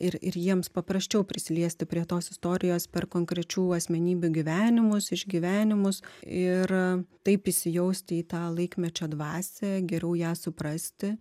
ir jiems paprasčiau prisiliesti prie tos istorijos per konkrečių asmenybių gyvenimus išgyvenimus ir taip įsijausti į tą laikmečio dvasią geriau ją suprasti